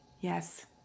Yes